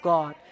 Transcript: God